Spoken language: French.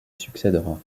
succèdera